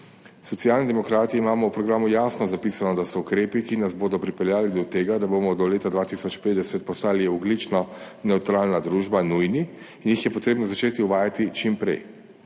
Socialni demokrati imamo v programu jasno zapisano, da so ukrepi, ki nas bodo pripeljali do tega, da bomo do leta 2050 postali ogljično nevtralna družba, nujni, in jih je potrebno začeti uvajati čim prej.